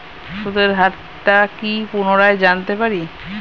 সুদের হার টা কি পুনরায় জানতে পারি?